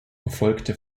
erfolgte